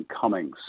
Cummings